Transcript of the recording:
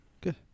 Good